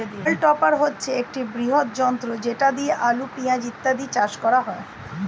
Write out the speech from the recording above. হল্ম টপার হচ্ছে একটি বৃহৎ যন্ত্র যেটা দিয়ে আলু, পেঁয়াজ ইত্যাদি চাষ করা হয়